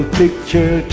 picture